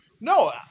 no